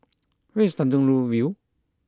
where is Tanjong Rhu View